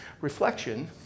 reflection